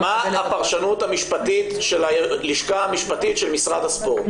--- מה הפרשנות המשפטית של הלשכה המשפטית של משרד הספורט?